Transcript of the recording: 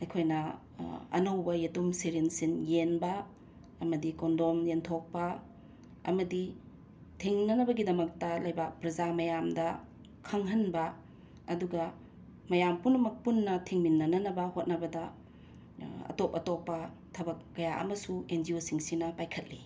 ꯑꯩꯈꯣꯏꯅ ꯑꯅꯧꯕ ꯌꯦꯇꯨꯝ ꯁꯤꯔꯤꯟꯁꯤꯡ ꯌꯦꯟꯕ ꯑꯃꯗꯤ ꯀꯣꯟꯗꯣꯝ ꯌꯦꯟꯊꯣꯛꯄ ꯑꯃꯗꯤ ꯊꯤꯡꯅꯅꯕꯒꯤꯗꯃꯛꯇ ꯂꯩꯕꯥꯛ ꯄ꯭ꯔꯖꯥ ꯃꯌꯥꯝꯗ ꯈꯪꯍꯟꯕ ꯑꯗꯨꯒ ꯃꯌꯥꯝ ꯄꯨꯝꯅꯃꯛ ꯄꯨꯟꯅ ꯊꯤꯡꯃꯤꯟꯅꯅꯅꯕ ꯍꯣꯠꯅꯕꯗ ꯑꯇꯣꯞ ꯑꯇꯣꯞꯄ ꯊꯕꯛ ꯀꯌꯥ ꯑꯃꯁꯨ ꯑꯦꯟ ꯖꯤ ꯑꯣꯁꯤꯡꯁꯤꯅ ꯄꯥꯏꯈꯠꯂꯤ